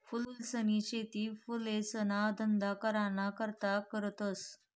फूलसनी शेती फुलेसना धंदा कराना करता करतस